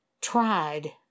tried